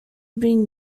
bring